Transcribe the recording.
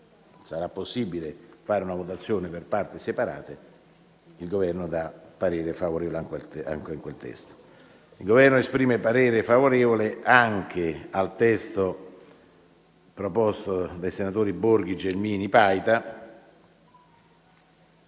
sarà possibile fare una votazione per parti separate, il Governo darà parere favorevole a quel testo. Il Governo esprime parere favorevole anche sul testo proposto dai senatori Borghi Gelmini, Paita.